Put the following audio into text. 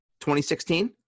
2016